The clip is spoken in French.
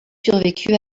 survécut